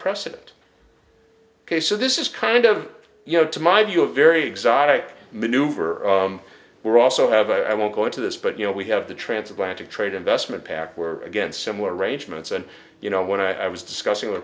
precedent ok so this is kind of you know to my view a very exotic maneuver we're also have i won't go into this but you know we have the transatlantic trade investment pact where again similar arrangements and you know when i was discussing